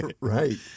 right